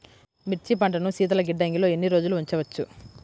మిర్చి పంటను శీతల గిడ్డంగిలో ఎన్ని రోజులు ఉంచవచ్చు?